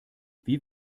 wie